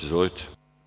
Izvolite.